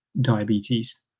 diabetes